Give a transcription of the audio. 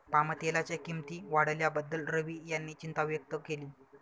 पामतेलाच्या किंमती वाढल्याबद्दल रवी यांनी चिंता व्यक्त केली